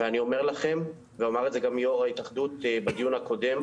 ואני אומר לכם ואמר את זה גם יו"ר ההתאחדות בדיון הקודם,